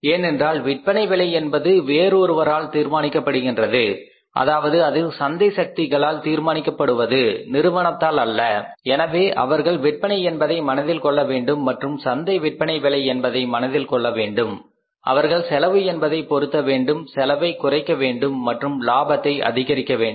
ஏனென்றால் விற்பனை விலை என்பது வேறு ஒருவரால் தீர்மானிக்கப்படுகின்றது அதாவது அது சந்தை சக்திகளால் தீர்மானிக்கப்படுகின்றது நிறுவனத்தால் அல்ல எனவே அவர்கள் விற்பனை என்பதை மனதில் கொள்ள வேண்டும் மற்றும் சந்தை விற்பனை விலை என்பதை மனதில் கொள்ள வேண்டும் அவர்கள் செலவு என்பதை பொருத்த வேண்டும் செலவை குறைக்க வேண்டும் மற்றும் லாபத்தை அதிகரிக்க வேண்டும்